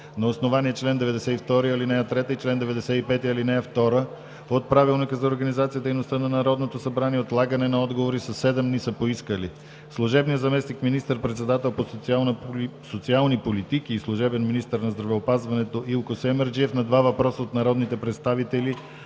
На основание чл. 92, ал. 3 и чл. 95, ал. 2 от Правилника за организацията и дейността на Народното събрание, отлагане на отговори със седем дни са поискали: - служебният заместник министър-председател по социални политики и служебен министър на здравеопазването Илко Семерджиев – на два въпроса от народните представители